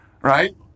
right